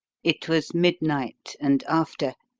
it was midnight and after.